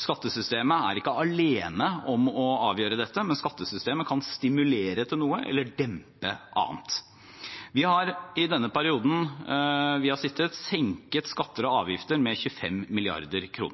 Skattesystemet er ikke alene om å avgjøre dette, men skattesystemet kan stimulere til noe – eller dempe noe annet. Vi har i den perioden vi har sittet, senket skatter og avgifter med 25 mrd. kr.